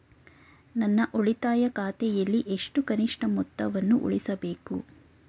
ನನ್ನ ಉಳಿತಾಯ ಖಾತೆಯಲ್ಲಿ ಎಷ್ಟು ಕನಿಷ್ಠ ಮೊತ್ತವನ್ನು ಉಳಿಸಬೇಕು?